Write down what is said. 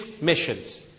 missions